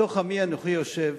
בתוך עמי אנוכי יושב,